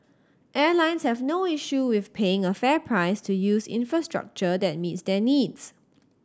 airlines have no issue with paying a fair price to use infrastructure that meets their needs